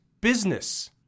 business